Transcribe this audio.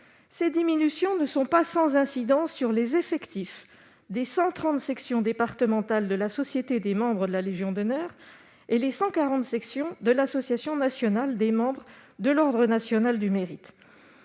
ces diminutions ne sont pas sans incidence sur les effectifs des 100 30 sections départementales de la société des membres de la Légion d'honneur et les 140 sections de l'association nationale des membres de l'Ordre national du Mérite,